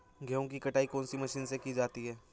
गेहूँ की कटाई कौनसी मशीन से की जाती है?